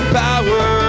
power